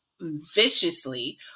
viciously